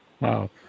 Wow